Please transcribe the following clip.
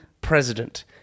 president